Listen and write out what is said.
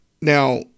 now